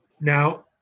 Now